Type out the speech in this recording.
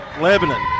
Lebanon